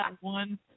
one